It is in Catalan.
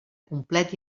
complet